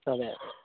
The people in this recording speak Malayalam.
അതെയതെ